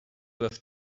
with